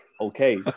Okay